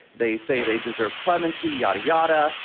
they say they deserve clemency, yadda, yadda.